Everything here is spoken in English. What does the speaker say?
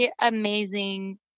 amazing